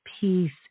peace